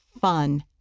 fun